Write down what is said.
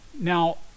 Now